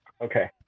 Okay